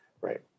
right